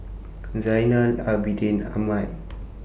Zainal Abidin Ahmad